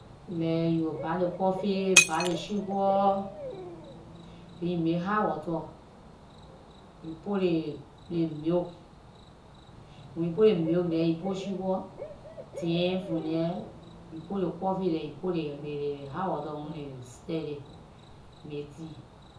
Like you will buy ley coffee, buy ley sugar then you make hot water. You put ley milk, wen you put ley milk there, you put sugar, then from there, you put the coffee there, you put ley hot water on it, you stir it, you make tea.